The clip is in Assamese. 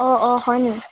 অঁ অঁ হয়নি